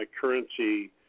currency